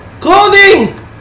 CLOTHING